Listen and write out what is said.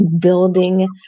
building